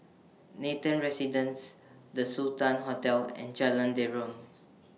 Nathan Residences The Sultan Hotel and Jalan Derum